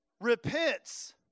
repents